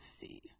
see